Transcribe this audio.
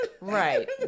Right